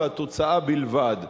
והתוצאה בלבד.